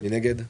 מי נגד?